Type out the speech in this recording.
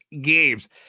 games